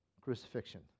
Crucifixion